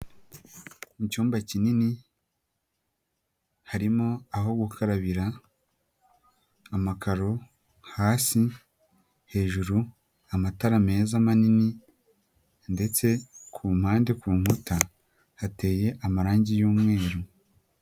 Mu cyumba kinini harimo aho gukarabira, amakaro hasi, hejuru amatara meza manini ndetse ku mpande ku nkuta hateye amarangi y'umweru.